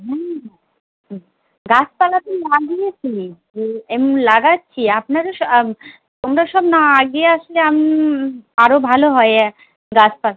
হুম গাছপালা তো লাগিয়েছি হুম এমনি লাগাচ্ছি আপনাদের সব তোমরা সব না এগিয়ে আসলে আরও ভালো হয় ইয়ে গাছপালা